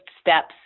steps